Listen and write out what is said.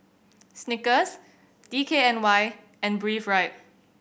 Snickers D K N Y and Breathe Right